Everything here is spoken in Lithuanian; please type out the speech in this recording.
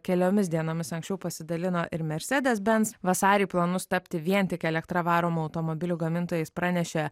keliomis dienomis anksčiau pasidalino ir mersedes bens vasarį planus tapti vien tik elektra varomų automobilių gamintojais pranešė